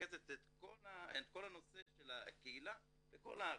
שמרכזת את כל הנושא של הקהילה בכל הארץ,